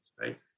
right